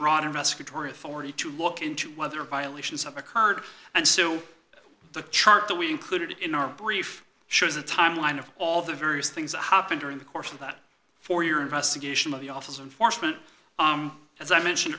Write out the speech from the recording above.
broader message or authority to look into whether violations have occurred and so the chart that we included in our brief shows a timeline of all the various things that happened during the course of that four year investigation of the office and forstmann as i mentioned